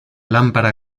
lámpara